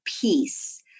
peace